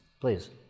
Please